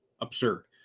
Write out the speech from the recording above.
absurd